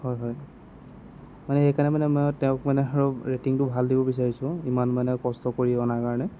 হয় হয় মানে এইকাৰণে মানে মই তেওঁক মানে আৰু ৰেটিংটো ভাল দিব বিচাৰিছোঁ ইমান মানে কষ্ট কৰি অনাৰ কাৰণে